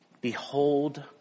Behold